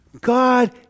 God